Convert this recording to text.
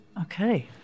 Okay